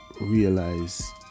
realize